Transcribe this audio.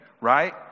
right